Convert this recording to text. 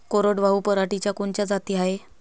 कोरडवाहू पराटीच्या कोनच्या जाती हाये?